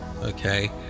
okay